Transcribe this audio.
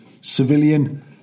civilian